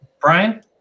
Brian